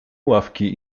ławki